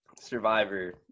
Survivor